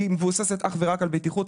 מבוססת אך ורק על בטיחות.